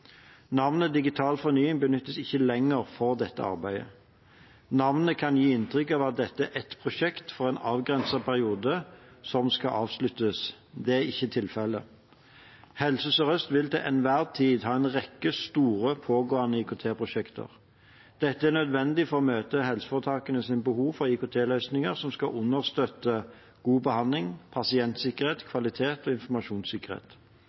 Navnet Digital fornying benyttes ikke lenger for dette arbeidet. Navnet kan gi inntrykk av at dette er ett prosjekt for en avgrenset periode som skal avsluttes. Det er ikke tilfellet. Helse Sør-Øst vil til enhver tid ha en rekke store, pågående IKT-prosjekter. Dette er nødvendig for å møte helseforetakenes behov for IKT-løsninger som skal understøtte god behandling, pasientsikkerhet, kvalitet og informasjonssikkerhet.